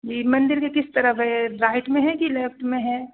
जी मंदिर के किस तरफ है राइट में है कि लेफ्ट में है